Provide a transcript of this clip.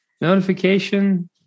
notification